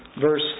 verse